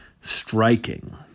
Striking